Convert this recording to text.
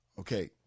Okay